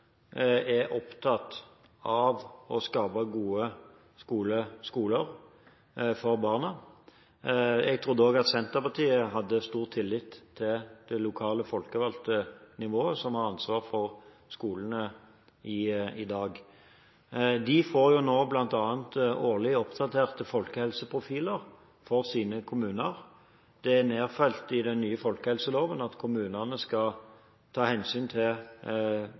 er opptatt av å skape gode skoler for barna. Jeg trodde òg at Senterpartiet hadde stor tillit til det lokale, folkevalgte nivået som har ansvar for skolene i dag. De får jo nå bl.a. årlig oppdaterte folkehelseprofiler for sine kommuner. Det er nedfelt i den nye folkehelseloven at kommunene skal ta hensyn til